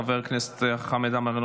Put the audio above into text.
חבר הכנסת חמד עמאר,